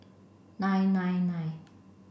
nine nine nine